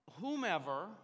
whomever